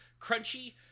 Crunchy